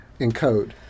encode